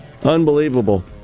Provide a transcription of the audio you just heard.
Unbelievable